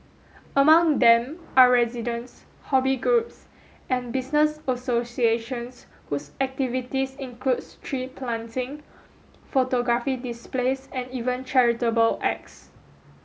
among them are residents hobby groups and business associations whose activities includes tree planting photography displays and even charitable acts